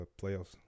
playoffs